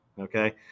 Okay